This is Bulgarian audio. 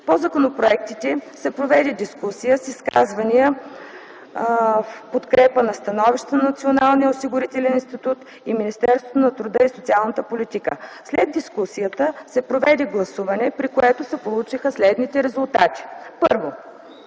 По законопроектите се проведе дискусия с изказвания в подкрепа на становищата на Националния осигурителен институт и Министерството на труда и социалната политика. След дискусията се проведе гласуване, при което се получиха следните резултати: 1.